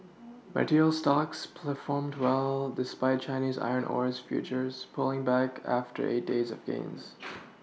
materials stocks performed well despite Chinese iron ores futures pulling back after eight days of gains